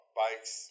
bikes